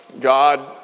God